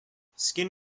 skin